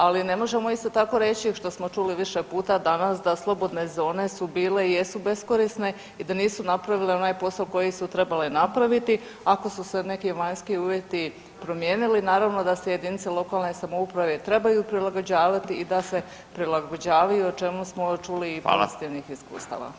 Ali ne možemo isto tako reći što smo čuli više puta danas da slobodne zone su bile i jesu beskorisne i da nisu napravile onaj posao koji su trebale napraviti ako su se neki vanjski uvjeti promijenili naravno da se jedinice lokalne samouprave trebaju prilagođavati i da se prilagođavaju o čemu smo čuli [[Upadica: Hvala.]] i pozitivnih iskustava.